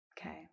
Okay